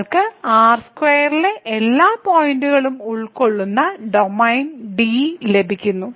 നമ്മൾക്ക് R2 ലെ എല്ലാ പോയിന്റുകളും ഉൾക്കൊള്ളുന്ന ഡൊമെയ്ൻ D ലഭിക്കുന്നു